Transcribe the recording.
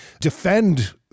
defend